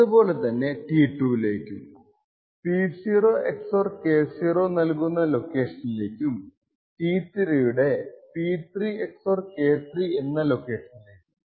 അതുപോലെ തന്നെ T2 ലേക്കും P0 XOR K0 നൽകുന്ന ലൊക്കേഷനിലേക്കും T3 യുടെ P3 XOR K3 എന്ന ലൊക്കേഷനിലേക്കും